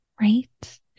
right